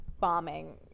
bombing